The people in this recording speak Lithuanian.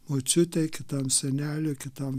močiutei kitam seneliui kitam